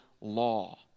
law